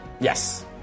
Yes